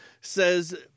says